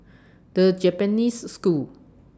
The Japanese School